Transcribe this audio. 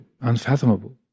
unfathomable